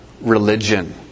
religion